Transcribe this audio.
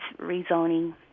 rezoning